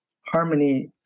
harmony